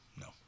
No